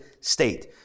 state